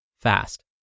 fast